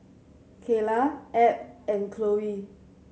Keyla Abb and Chloe